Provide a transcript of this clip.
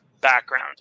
background